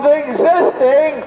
existing